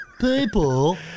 People